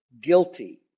guilty